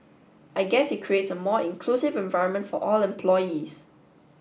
I guess it creates a more inclusive environment for all employees